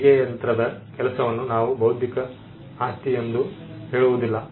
ಹೊಲಿಗೆ ಯಂತ್ರದ ಕೆಲಸವನ್ನು ನಾವು ಬೌದ್ಧಿಕ ಆಸ್ತಿ ಎಂದು ಹೇಳುವುದಿಲ್ಲ